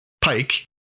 Pike